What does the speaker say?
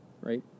right